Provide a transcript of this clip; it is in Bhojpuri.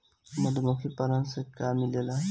मधुमखी पालन से का मिलेला?